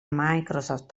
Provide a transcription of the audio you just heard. microsoft